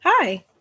Hi